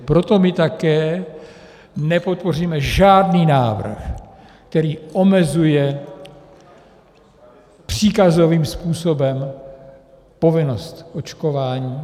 Proto my také nepodpoříme žádný návrh, který omezuje příkazovým způsobem povinnost očkování.